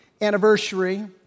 anniversary